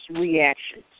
reactions